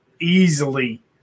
easily